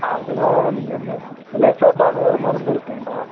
அதுல்லாம் நீங்கள் வந்து இந்த லெசோட்டான்னு ஒரு மருந்து இருக்குதுங்கண்ணா